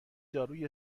دارویی